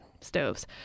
stoves